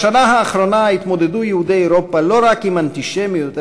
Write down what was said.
בשנה האחרונה התמודדו יהודי אירופה לא רק עם אנטישמיות,